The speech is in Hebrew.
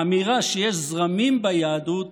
האמירה שיש זרמים ביהדות